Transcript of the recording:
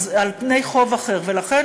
ולכן,